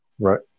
Right